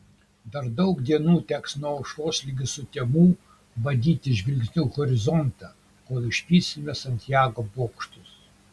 dar daug dienų teks nuo aušros lig sutemų badyti žvilgsniu horizontą kol išvysime santjago bokštus